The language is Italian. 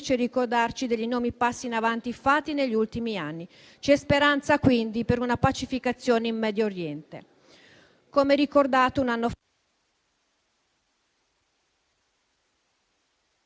ricordarci degli enormi passi in avanti fatti negli ultimi anni. C'è speranza, quindi, per una pacificazione in Medio Oriente.